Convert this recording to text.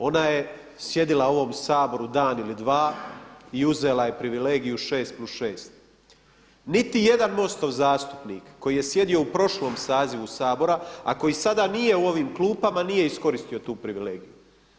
Ona je sjedila u ovom Saboru dan ili dva i uzela je privilegiju 6+6. Niti jedan MOST-ov zastupnik koji je sjedio u prošlom sazivu Saboru a koji sada nije u ovim klupama nije iskoristio tu privilegiju.